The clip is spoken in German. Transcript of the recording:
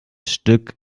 stück